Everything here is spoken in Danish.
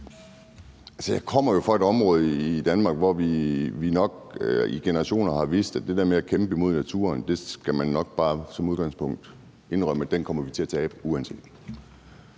Jeg kommer jo fra et område i Danmark, hvor vi nok i generationer har vidst, at det der med at kæmpe imod naturen skal man nok bare som udgangspunkt indrømme er en kamp, vi kommer til at tabe uanset